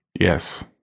yes